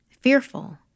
Fearful